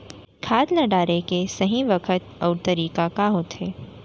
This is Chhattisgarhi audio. खाद ल डाले के सही बखत अऊ तरीका का होथे?